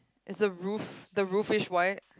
is the roof the roofish white